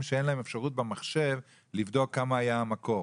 שאין להם אפשרות במחשב לבדוק כמה היה המקור.